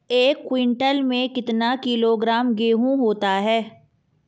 एक क्विंटल में कितना किलोग्राम गेहूँ होता है?